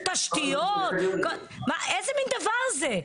תשתיות, איזה מן דבר זה?